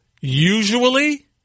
usually